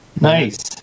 Nice